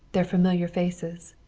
their familiar faces.